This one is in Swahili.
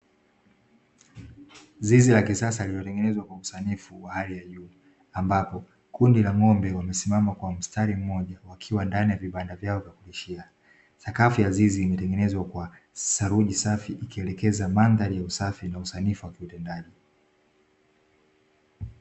Zizi la kisasa lililotengenezwa kwa usanifu wa hali ya juu ambapo kundi la ng’ombe wamesimama kwa mstari mmoja wakiwa ndani ya vibanda vyao vya kulishia. Sakafu ya zizi imetengenezwa kwa seruji safi ikielekeza mandhari ya usafi na usanifu wa utendaji.